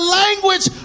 language